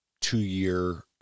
two-year